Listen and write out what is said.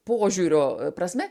požiūrio prasme